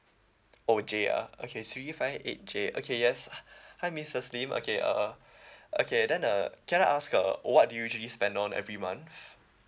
oh J ah okay three five eight J okay yes hi missus lim okay uh okay then uh can I ask uh what do you usually spend on every month